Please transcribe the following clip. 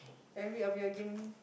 every of your game